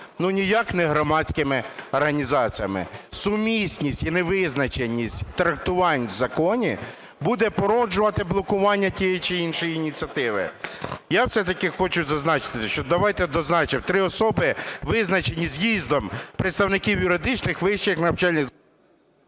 ну, ніяк не громадськими організаціями. Сумісність і невизначеність трактувань в законі буде породжувати блокування тієї чи іншої ініціативи. Я все-таки хочу зазначити, що давайте дозначимо: три особи, визначені з'їздом представників юридичних вищих навчальних…